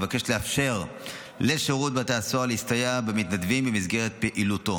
מבקשת לאפשר לשירות בתי הסוהר להסתייע במתנדבים במסגרת פעילותו.